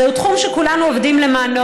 זהו תחום שכולנו עובדים למענו,